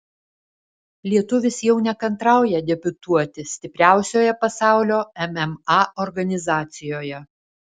lietuvis jau nekantrauja debiutuoti stipriausioje pasaulio mma organizacijoje